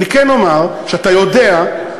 אני כן אומר שאתה יודע,